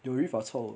有语法错误